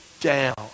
down